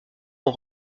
ont